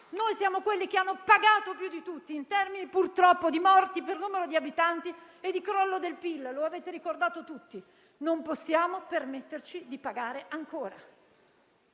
noi siamo quelli che hanno pagato più di tutti in termini purtroppo di morti per numero di abitanti e di crollo del PIL, come avete ricordato tutti. Non possiamo permetterci di pagare ancora.